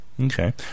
Okay